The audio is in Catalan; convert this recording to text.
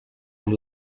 amb